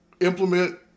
implement